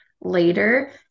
later